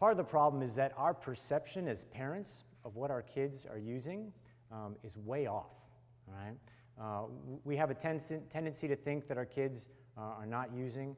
part of the problem is that our perception as parents of what our kids are using is way off and we have a tencent tendency to think that our kids are not using